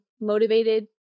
motivated